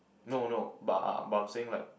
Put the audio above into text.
no no but but I'm saying like